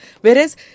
whereas